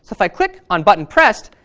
if i click on button pressed,